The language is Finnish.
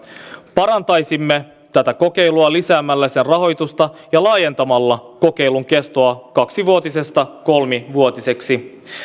parantaisimme tätä kokeilua lisäämällä sen rahoitusta ja laajentamalla kokeilun kestoa kaksivuotisesta kolmevuotiseksi